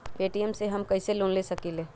Paytm से हम कईसे लोन ले सकीले?